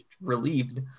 relieved